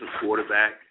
quarterback